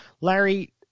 Larry